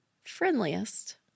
Friendliest